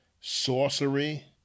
sorcery